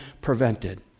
prevented